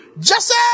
Jesse